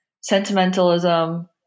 Sentimentalism